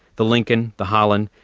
the lincoln, the holland,